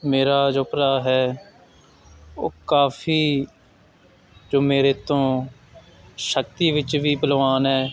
ਮੇਰਾ ਜੋ ਭਰਾ ਹੈ ਉਹ ਕਾਫੀ ਜੋ ਮੇਰੇ ਤੋਂ ਸ਼ਕਤੀ ਵਿੱਚ ਵੀ ਭਲਵਾਨ ਹੈ